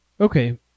Okay